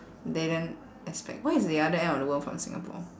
didn't expect what is the other end of the world from singapore